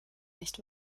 nicht